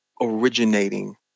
originating